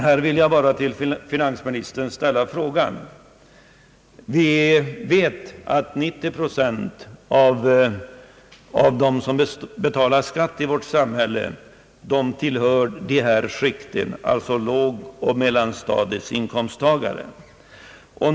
Här vill jag bara till finansministern ställa en fråga. Vi vet att 90 procent av dem som betalar skatt i vårt samhälle tillhör lågoch mellanstadiets inkomsttagare.